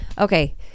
Okay